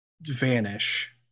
vanish